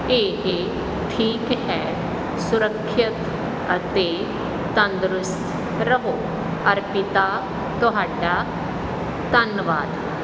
ਇਹ ਠੀਕ ਹੈ ਸੁਰੱਖਿਅਤ ਅਤੇ ਤੰਦਰੁਸਤ ਰਹੋ ਅਰਪਿਤਾ ਤੁਹਾਡਾ ਧੰਨਵਾਦ